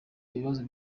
ibibazo